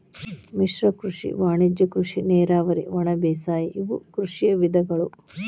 ಮಿಶ್ರ ಕೃಷಿ ವಾಣಿಜ್ಯ ಕೃಷಿ ನೇರಾವರಿ ಒಣಬೇಸಾಯ ಇವು ಕೃಷಿಯ ವಿಧಗಳು